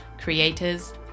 creators